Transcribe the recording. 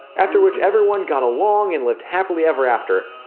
after which everyone got along and lived happily ever after,